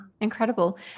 incredible